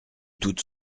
toute